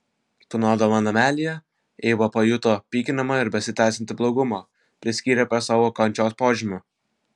tūnodama namelyje eiva pajuto pykinimą ir besitęsiantį blogumą priskyrė prie savo kančios požymių